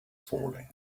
falling